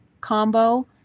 combo